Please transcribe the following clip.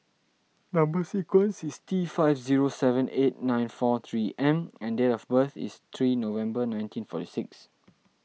Number Sequence is T five zero seven eight nine four three M and date of birth is three November nineteen forty six